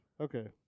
okay